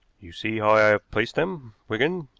you see how i have placed them, wigan,